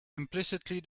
implicitly